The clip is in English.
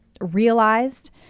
realized